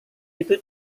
itu